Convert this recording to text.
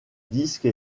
disque